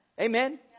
Amen